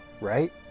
right